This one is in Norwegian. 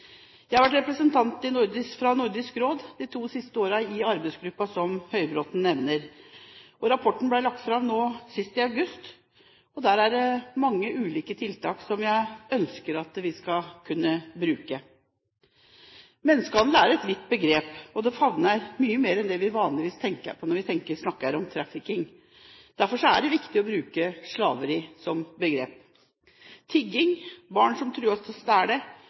Jeg har de to siste årene vært representant i Nordisk Råd i arbeidsgruppen som Høybråten nevnte. Rapporten vår ble lagt fram i august. Der er det mange ulike tiltak som jeg ønsker vi skal kunne bruke. Menneskehandel er et vidt begrep. Det favner mye mer enn det vi vanligvis tenker på når vi hører ordet «trafficking». Derfor er det riktig å bruke ordet «slaveri» som begrep. Tigging, barn som trues til å